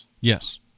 Yes